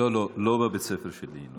לא, לא, לא בבית הספר שלי.